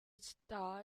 star